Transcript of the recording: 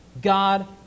God